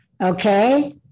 Okay